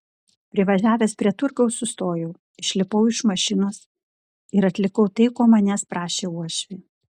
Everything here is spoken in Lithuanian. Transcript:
privažiavęs prie turgaus sustojau išlipau iš mašinos ir atlikau tai ko manęs prašė uošvė